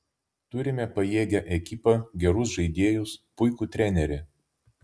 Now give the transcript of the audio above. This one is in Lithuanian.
turime pajėgią ekipą gerus žaidėjus puikų trenerį